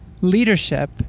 leadership